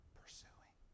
pursuing